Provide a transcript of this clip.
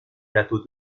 plateau